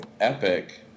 epic